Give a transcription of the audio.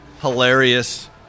hilarious